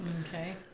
Okay